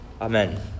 amen